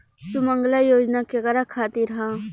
सुमँगला योजना केकरा खातिर ह?